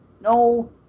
No